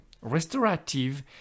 Restorative